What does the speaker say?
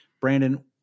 Brandon